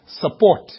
support